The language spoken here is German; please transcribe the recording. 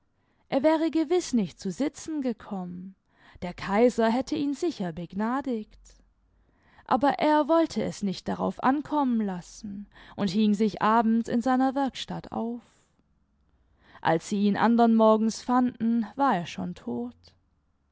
er wäre gewiß nicht zu sitzen gekommen der kaiser hätte ihn sicher begnadigt aber er wollte es nicht darauf ankommen lassen und hing sich abends in seiner werkstatt auf als sie ihn andern morgens fanden war er schon tot